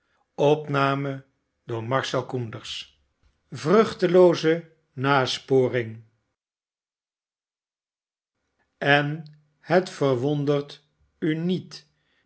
vruchtelooze nasporing a en het verwondert u niet